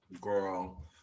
girl